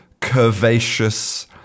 curvaceous